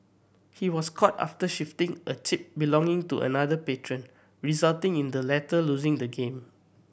he was caught after shifting a chip belonging to another patron resulting in the latter losing the game